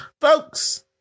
Folks